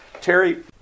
Terry